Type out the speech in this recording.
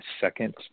second